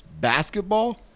basketball